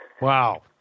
Wow